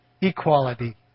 equality